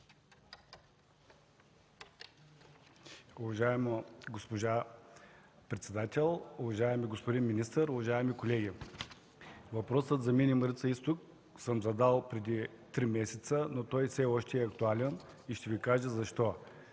Уважаема госпожо председател, уважаеми господин министър, уважаеми колеги! Въпросът за „Мини Марица изток” съм задал преди три месеца, но той все още е актуален и ще Ви кажа защо.